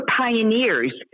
pioneers